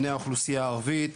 בני האוכלוסייה הערבית,